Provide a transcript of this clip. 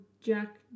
Jack